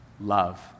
love